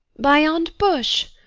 by yond bush?